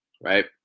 right